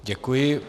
Děkuji.